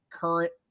current